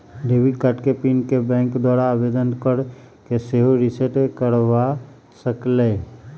debit card के PIN के bank द्वारा आवेदन कऽ के सेहो रिसेट करबा सकइले